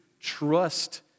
trust